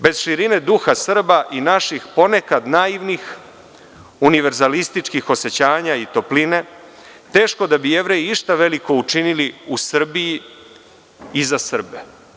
Bez širine duha Srba i naših ponekad naivnih univerzalističkih osećanja i topline, teško da bi Jevreji išta veliko učinili u Srbiji i za Srbe.